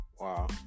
Wow